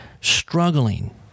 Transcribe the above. struggling